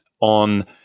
on